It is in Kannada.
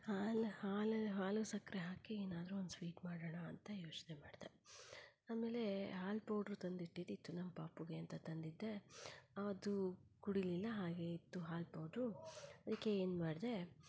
ಹಾಲು ಹಾಲು ಹಾಲು ಸಕ್ಕರೆ ಹಾಕಿ ಏನಾದ್ರೂ ಒಂದು ಸ್ವೀಟ್ ಮಾಡೋಣ ಅಂತ ಯೋಚ್ನೆ ಮಾಡಿದೆ ಆಮೇಲೆ ಹಾಲು ಪೌಡ್ರು ತಂದಿಟ್ಟಿದ್ದಿತ್ತು ನಮ್ಮ ಪಾಪುಗೇಂತ ತಂದಿದ್ದೆ ಅದು ಕುಡೀಲಿಲ್ಲ ಹಾಗೇ ಇತ್ತು ಹಾಲು ಪೌಡ್ರು ಅದಕ್ಕೆ ಏನ್ಮಾಡಿದೆ